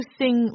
sing